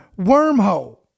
wormhole